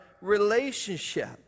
relationship